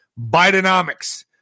Bidenomics